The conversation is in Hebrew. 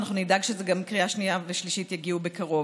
ואנחנו גם נדאג שזה גם לקריאה שנייה ושלישית יגיע בקרוב.